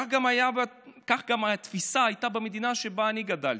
כך גם הייתה התפיסה במדינה שבה אני גדלתי.